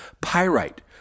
pyrite